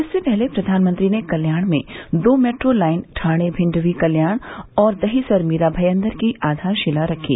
इससे पहले प्रघानमंत्री ने कल्याण में दो मेट्रो लाइन ठाणे भिवंडी कल्याण और दहीसर मीरा भयंदर की आघारशिला रखी